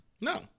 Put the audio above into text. No